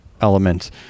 element